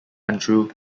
untrue